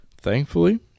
Thankfully